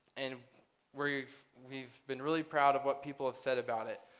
and we've we've been really proud of what people have said about it.